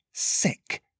sick